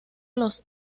los